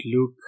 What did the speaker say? look